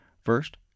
first